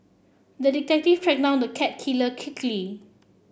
the detective tracked down the cat killer quickly